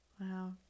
Wow